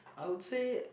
I would say